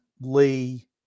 Lee